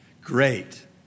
Great